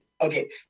okay